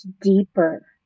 deeper